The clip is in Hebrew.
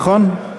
נכון?